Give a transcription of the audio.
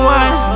one